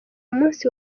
umunsi